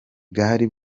bwari